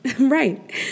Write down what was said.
Right